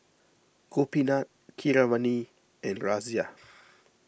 Gopinath Keeravani and Razia